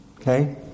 Okay